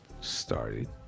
started